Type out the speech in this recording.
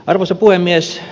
arvoisa puhemies